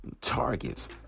targets